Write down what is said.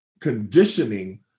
conditioning